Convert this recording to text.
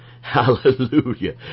Hallelujah